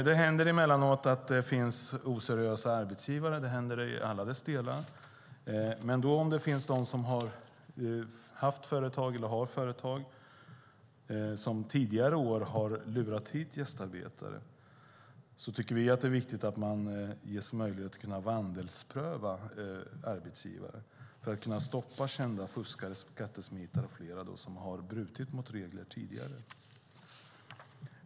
Det händer emellanåt att det finns oseriösa arbetsgivare. Det finns företag som tidigare år har lurat hit gästarbetare. Vi tycker därför att det är viktigt att det är möjligt att vandelspröva arbetsgivare så att kända fuskare och skattesmitare som har brutit mot regler tidigare kan stoppas.